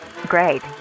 Great